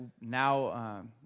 now